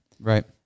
Right